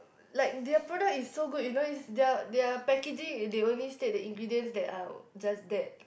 like their product is so good you know it's their their packaging they only state the ingredients that are just that